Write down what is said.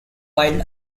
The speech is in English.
wild